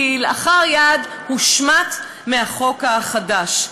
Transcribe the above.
כלאחר יד הושמט מהחוק החדש.